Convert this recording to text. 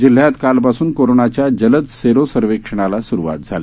जिल्ह्यात कालपासून कोरोनाच्या जलद सेरो सर्वेक्षणाला सुरुवात झाली